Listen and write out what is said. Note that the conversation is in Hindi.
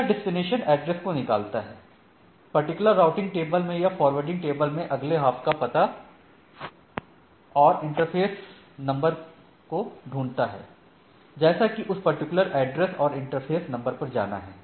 यह डेस्टिनेशन एड्रेस को निकालता है पर्टिकुलर राउटिंग टेबल में या फॉरवार्डिंग टेबल में अगले हॉप का पता और इंटरफ़ेसनंबर का ढूंढता है जैसे कि उस पर्टिकुलर एड्रेस और इंटरफ़ेसनंबर पर जाना है